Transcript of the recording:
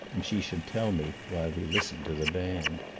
and she should tell me while we listened to the band.